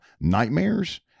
nightmares